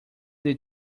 did